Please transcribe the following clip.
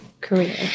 career